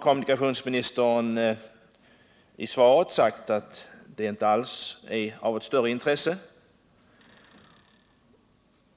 Kommunikationsministern har nu i svaret sagt att problemen inte alls blev av större intresse